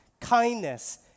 kindness